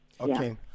Okay